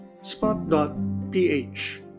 Spot.ph